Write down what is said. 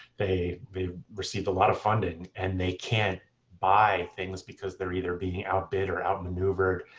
they they received a lot of funding. and they can't buy things because they're either being outbid or outmaneuvered.